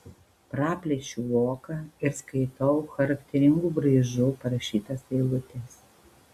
praplėšiu voką ir skaitau charakteringu braižu parašytas eilutes